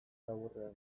laburrean